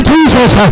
Jesus